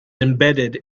embedded